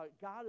God